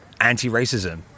anti-racism